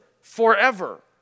forever